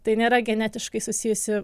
tai nėra genetiškai susijusi